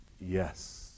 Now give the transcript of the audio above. Yes